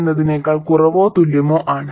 എന്നതിനേക്കാൾ കുറവോ തുല്യമോ ആണ്